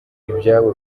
ibyabo